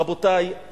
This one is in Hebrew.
רבותי,